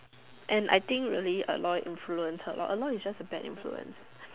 and I think really Aloy influence her lor Aloy is just a bad influence